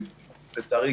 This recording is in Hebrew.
לצערי,